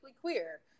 queer